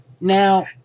Now